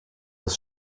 das